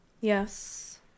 Yes